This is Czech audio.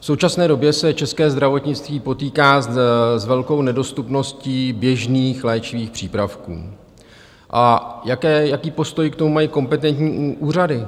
V současné době se české zdravotnictví potýká s velkou nedostupností běžných léčivých přípravků, a jaký postoj k tomu mají kompetentní úřady?